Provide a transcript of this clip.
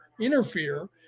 interfere